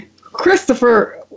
Christopher